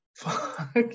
fuck